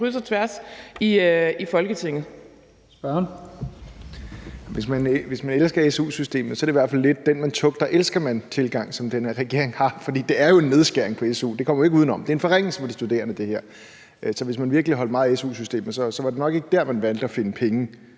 Hvis man elsker su-systemet, er det i hvert fald lidt en den, man tugter, elsker man-tilgang, som den her regering har, for det er jo en nedskæring på su. Det kommer vi jo ikke uden om. Det her er en forringelse for de studerende. Så hvis man virkelig holdt meget af su-systemet, var det nok ikke der, man valgte at finde penge